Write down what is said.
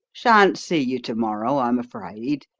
shan't see you to-morrow, i'm afraid.